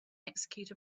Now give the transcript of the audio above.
execute